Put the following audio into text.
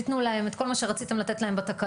תנו להם את כל מה שרציתם לתת להם בתקנות.